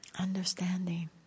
Understanding